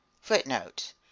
Footnote